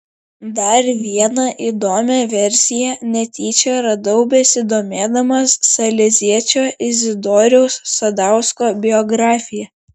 dar vieną įdomią versiją netyčia radau besidomėdamas saleziečio izidoriaus sadausko biografija